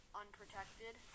unprotected